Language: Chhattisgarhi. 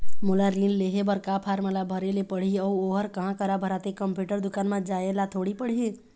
मोला ऋण लेहे बर का फार्म ला भरे ले पड़ही अऊ ओहर कहा करा भराथे, कंप्यूटर दुकान मा जाए ला थोड़ी पड़ही?